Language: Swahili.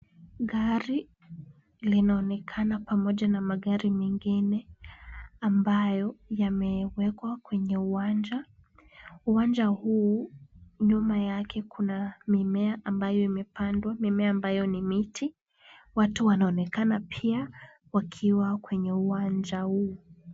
Gari linaonekana pamoja na magari mengine ambayo yamewekwa kwenye uwanja. Uwanja huu, nyuma yake kuna mimea ambayo imepandwa, mimea ambayo ni miti. Watu wanaonekana pia wakiwa kwenye uwanja huu.